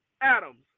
Adams